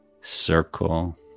circle